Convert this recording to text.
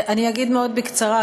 אני אגיד מאוד בקצרה,